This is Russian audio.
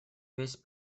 весь